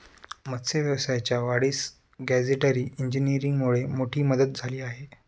मत्स्य व्यवसायाच्या वाढीस गॅजेटरी इंजिनीअरिंगमुळे मोठी मदत झाली आहे